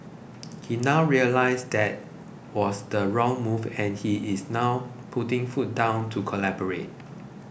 he now realises that was the wrong move and he is now putting foot down to collaborate